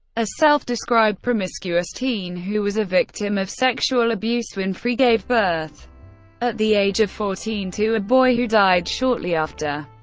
a self-described promiscuous teen who was a victim of sexual abuse, winfrey gave birth at the age of fourteen to a boy who died shortly after.